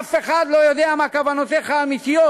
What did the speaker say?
אף אחד לא יודע מה כוונותיך האמיתיות.